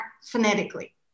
phonetically